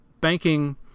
banking